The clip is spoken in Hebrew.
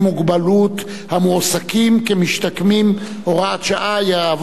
מוגבלות המועסקים כמשתקמים (הוראת שעה) (תיקון).